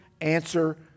answer